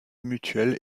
mutuelle